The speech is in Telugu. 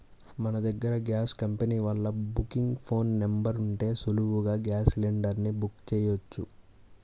మన దగ్గర గ్యాస్ కంపెనీ వాళ్ళ బుకింగ్ ఫోన్ నెంబర్ ఉంటే సులువుగా గ్యాస్ సిలిండర్ ని బుక్ చెయ్యొచ్చు